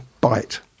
bite